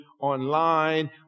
online